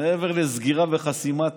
מעבר לסגירה וחסימת